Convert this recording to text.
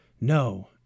No